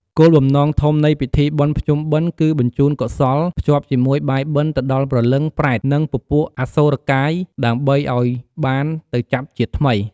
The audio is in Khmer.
គោលបំណងធំនៃពិធីបុណ្យភ្ជុំបិណ្ឌ គឺបញ្ជូនកុសល ភ្ជាប់ជាមួយបាយបិណ្ឌទៅដល់ព្រលឹង ប្រេត និងពពួកអសុរកាយ ដើម្បីឲ្យបានទៅចាប់ជាតិថ្មី។